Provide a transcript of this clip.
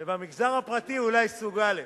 ובמגזר הפרטי אולי סוג א'.